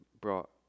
brought